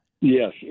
Yes